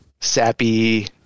sappy